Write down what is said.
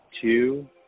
two